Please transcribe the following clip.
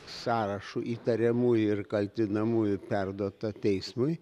sąrašu įtariamųjų ir kaltinamųjų perduota teismui